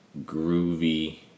groovy